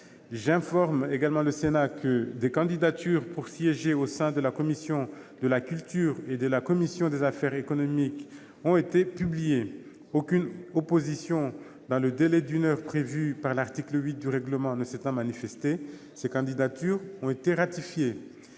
J'informe le Sénat que des candidatures pour siéger au sein de la commission de la culture et de la commission des affaires économiques ont été publiées. Aucune opposition dans le délai d'une heure prévu par l'article 8 du règlement ne s'étant manifestée, ces candidatures ont été ratifiées.